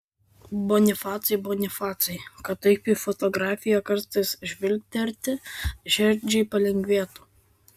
bonifacai bonifacai kad taip į fotografiją kartais žvilgterti širdžiai palengvėtų